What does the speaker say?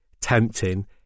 tempting